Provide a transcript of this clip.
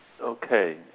Okay